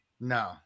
No